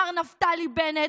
מר נפתלי בנט,